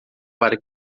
para